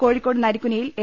കോഴിക്കോട് നരിക്കുനിയിൽ എ